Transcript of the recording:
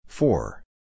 Four